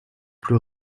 plus